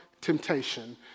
temptation